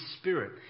Spirit